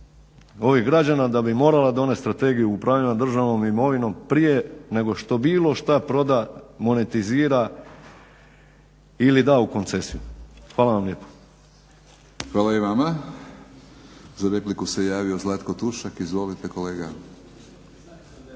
ovih građana da bi morala donijeti strategiju upravljanja državnom imovinom prije nego što bilo šta proda monetizira ili da u koncesiju. Hvala vam lijepo. **Batinić, Milorad (HNS)** Hvala i vama. Za repliku se javio Zlatko Tušak. Izvolite kolega.